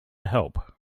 help